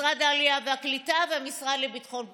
משרד העלייה והקליטה והמשרד לביטחון הפנים,